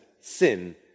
sin